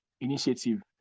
Initiative